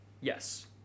yes